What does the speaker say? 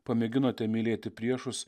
pamėginote mylėti priešus